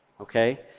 okay